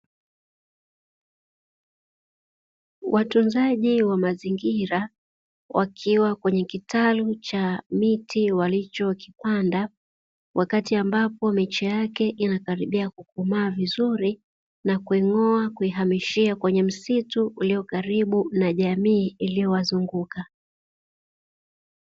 Watunzaji wa mazingira wakiwa kwenye kitalu cha miti walichokipanda, wakati ambapo miche yake inakaribia kukomaa vizuri na kuing'oa kuihamishia kwenye misitu, ulio karibu na jamii iliyo wazunguka.